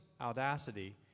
audacity